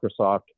Microsoft